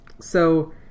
so-